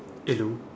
hello